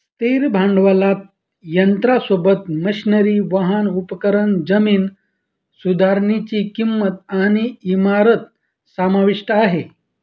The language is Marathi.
स्थिर भांडवलात यंत्रासोबत, मशनरी, वाहन, उपकरण, जमीन सुधारनीची किंमत आणि इमारत समाविष्ट आहे